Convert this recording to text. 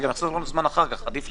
זה גם יחסוך לנו זמן אחר כך.